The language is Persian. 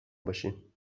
باشیم